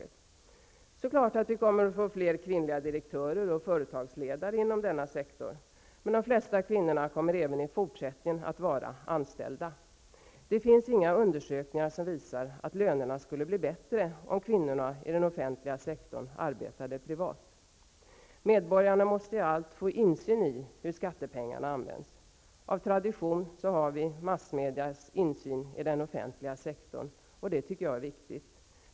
Det är klart att vi kommer att få fler kvinnliga direktörer och företagsledare inom denna sektor. Men de flesta kvinnor kommer även i fortsättningen att vara anställda. Det finns inga undersökningar som visar att lönerna skulle bli bättre om kvinnor i den offentliga sektorn arbetade privat. Medborgarna måste i allt få insyn i hur skattepengarna används. Av tradition har vi genom massmedia insyn i den offentliga sektorn, och det tycker jag är viktigt.